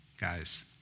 guys